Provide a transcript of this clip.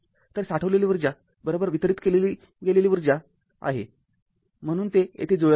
तर साठवलेली ऊर्जा वितरित केली गेलेली ऊर्जा आहे म्हणजे ते तेथे जुळत आहे